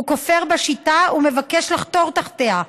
הוא כופר בשיטה ומבקש לחתור תחתיה,